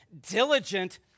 diligent